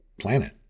planet